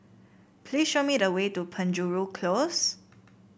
please show me the way to Penjuru Close